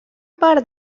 part